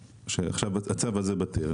כשהצו הזה בטל,